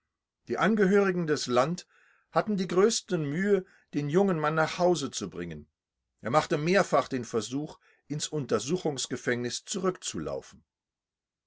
die angehörigen des land hatten die größte mühe den jungen mann nach hause zu bringen er machte mehrfach den versuch ins untersuchungsgefängnis zurückzulaufen